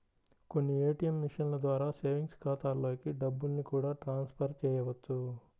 కొన్ని ఏ.టీ.యం మిషన్ల ద్వారా సేవింగ్స్ ఖాతాలలోకి డబ్బుల్ని కూడా ట్రాన్స్ ఫర్ చేయవచ్చు